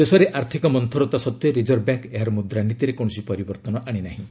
ଦେଶରେ ଆର୍ଥକ ମନ୍ତୁରତା ସତ୍ତ୍ୱେ ରିଜର୍ଭ ବ୍ୟାଙ୍କ ଏହାର ମୁଦ୍ରାନୀତିରେ କୌଣସି ପରିବର୍ତ୍ତନ ଆଣିନାହିଁ